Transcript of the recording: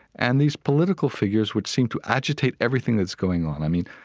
and these political figures would seem to agitate everything that's going on. i mean,